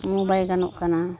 ᱢᱩᱸ ᱵᱟᱭ ᱜᱟᱱᱚᱜ ᱠᱟᱱᱟ